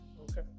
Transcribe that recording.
Okay